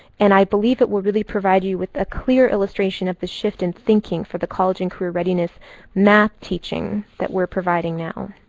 and i believe it will really provide you with a clear illustration of the shift in thinking for the college and career readiness math teaching that we're providing now.